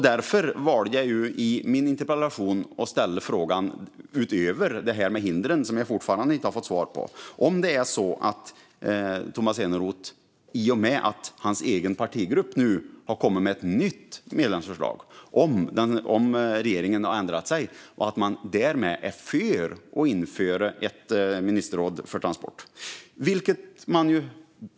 Därför valde jag att i min interpellation ställa frågan utöver det här med hindren, som jag fortfarande inte har fått svar på: Har Tomas Eneroth, i och med att hans egen partigrupp nu har kommit med ett nytt medlemsförslag, och regeringen ändrat sig? Är ni därmed för att införa ett ministerråd för transport?